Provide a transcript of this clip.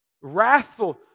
wrathful